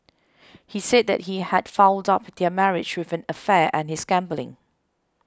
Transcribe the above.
he said that he had fouled up their marriage with an affair and his gambling